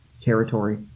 territory